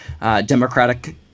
Democratic